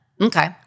Okay